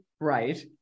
Right